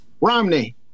Romney